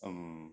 mm